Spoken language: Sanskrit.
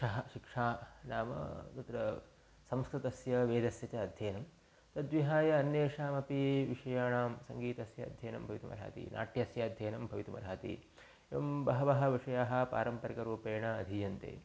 शिक्षणं शिक्षा नाम तत्र संस्कृतस्य वेदस्य च अध्ययनं तद्विहाय अन्येषामपि विषयाणां सङ्गीतस्य अध्ययनं भवितुम् अर्हति नाट्यस्य अध्ययनं भवितुम् अर्हति एवं बहवः विषयाः पारम्परिकरूपेण अधीयन्ते